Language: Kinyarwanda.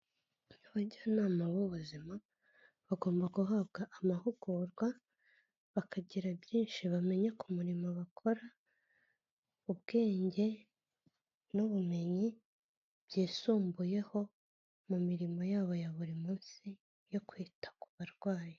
Abajyanama b'ubuzima bagomba guhabwa amahugurwa, bakagira byinshi bamenya ku murimo bakora, ubwenge n'ubumenyi byisumbuyeho mu mirimo yabo ya buri munsi yo kwita ku barwayi.